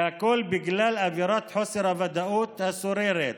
והכול בגלל אווירת חוסר הוודאות השוררת